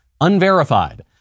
unverified